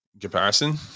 comparison